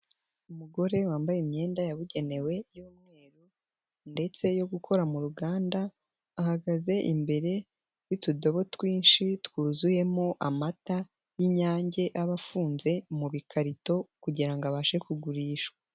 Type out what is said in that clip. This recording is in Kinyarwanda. Umugore wambaye imyenda yabugenewe y'umweru ndetse yo gukora mu ruganda, ahagaze imbere y'utudobo twinshi twuzuyemo amata y'Inyange aba afunze mu bikarito kugira ngo abashe kugurishwa.